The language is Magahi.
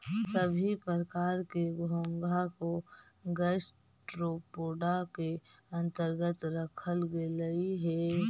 सभी प्रकार के घोंघा को गैस्ट्रोपोडा के अन्तर्गत रखल गेलई हे